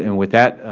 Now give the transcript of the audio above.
and with that,